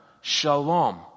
shalom